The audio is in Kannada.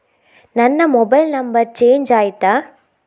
ನನ್ನ ಮೊಬೈಲ್ ನಂಬರ್ ಚೇಂಜ್ ಆಯ್ತಾ?